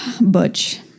Butch